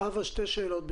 ברשותך, שתי שאלות.